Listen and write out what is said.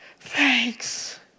thanks